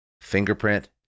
Fingerprint